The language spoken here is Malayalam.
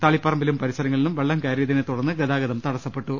തളിപറമ്പിലും പരിസരങ്ങളിലും വെള്ളം കയറിയതിനെ തുടർന്ന് ഗതാഗതം തടസ്സപ്പെട്ടു